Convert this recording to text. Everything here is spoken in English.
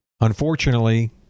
unfortunately